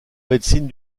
médecine